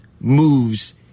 moves